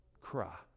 cry